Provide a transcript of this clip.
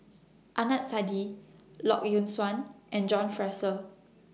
Adnan Saidi Lee Yock Suan and John Fraser